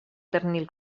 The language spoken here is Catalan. pernil